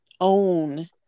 own